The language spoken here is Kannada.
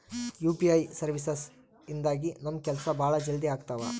ಯು.ಪಿ.ಐ ಸರ್ವೀಸಸ್ ಇಂದಾಗಿ ನಮ್ ಕೆಲ್ಸ ಭಾಳ ಜಲ್ದಿ ಅಗ್ತವ